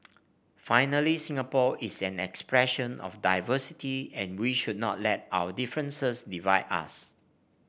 finally Singapore is an expression of diversity and we should not let our differences divide us